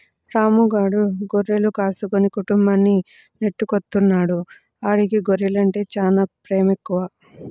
రాము గాడు గొర్రెలు కాసుకుని కుటుంబాన్ని నెట్టుకొత్తన్నాడు, ఆడికి గొర్రెలంటే చానా పేమెక్కువ